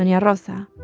and yeah rosa,